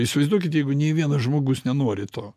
įsivaizduokit jeigu nei vienas žmogus nenori to